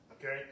okay